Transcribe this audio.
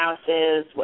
houses